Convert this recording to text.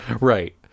Right